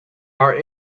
are